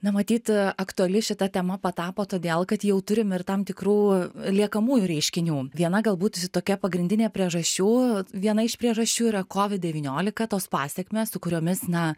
na matyt aktuali šita tema patapo todėl kad jau turim ir tam tikrų liekamųjų reiškinių viena galbūt tokia pagrindinė priežasčių viena iš priežasčių yra kovid devyniolika tos pasekmės su kuriomis na